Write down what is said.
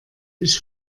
ich